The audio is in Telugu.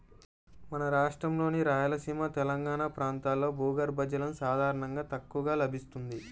మన రాష్ట్రంలోని రాయలసీమ, తెలంగాణా ప్రాంతాల్లో భూగర్భ జలం సాధారణంగా తక్కువగా లభిస్తుంది